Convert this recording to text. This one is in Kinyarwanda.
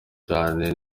cane